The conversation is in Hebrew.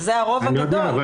זה הרוב הגדול.